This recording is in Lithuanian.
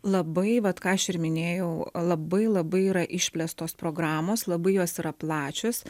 labai vat ką aš ir minėjau labai labai yra išplėstos programos labai jos yra plačios